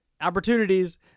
opportunities